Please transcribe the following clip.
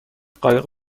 قایق